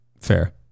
fair